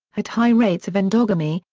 had high rates of endogamy,